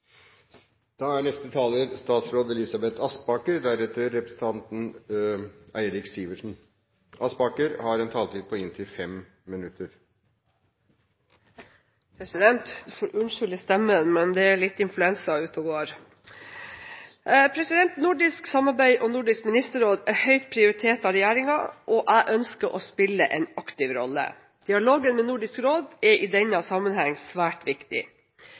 men det er litt influensa ute og går. Nordisk samarbeid og Nordisk ministerråd er høyt prioritert av regjeringen, og jeg ønsker å spille en aktiv rolle. Dialogen med Nordisk råd er i denne sammenheng svært viktig.